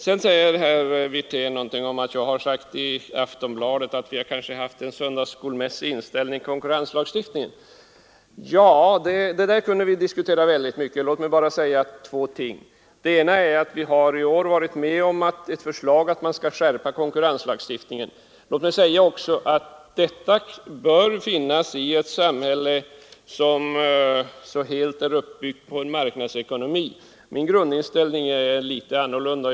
Herr Wirtén säger att jag i Dagens Nyheter uttalat att vi kanske haft en söndagsskolmässig inställning till konkurrenslagstiftningen. Ja, det där kunde vi diskutera väldigt mycket. Låt mig bara säga två ting. Det ena är att vi har i år biträtt ett förslag om att man skall skärpa konkurrenslagstiftningen. Och den är något som bör finnas i ett samhälle som så helt är uppbyggt på en marknadsekonomi som vårt. Min grundinställning är litet annorlunda.